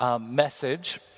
message